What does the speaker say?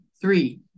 three